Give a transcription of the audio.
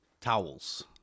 towels